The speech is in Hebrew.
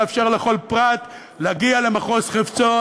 לאפשר לכל פרט להגיע למחוז חפצו,